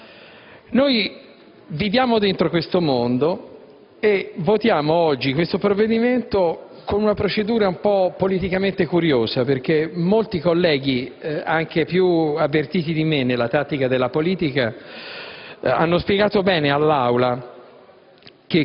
Noi viviamo dentro questo mondo e votiamo oggi questo provvedimento con una procedura politicamente un po' curiosa. Molti colleghi, infatti, anche più avvertiti di me nella tattica della politica, hanno spiegato bene all'Aula